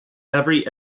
every